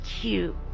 cute